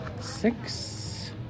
Six